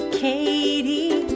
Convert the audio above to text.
katie